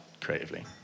creatively